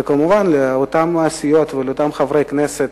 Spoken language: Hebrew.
וכמובן לאותן סיעות ולאותם חברי כנסת